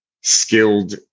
skilled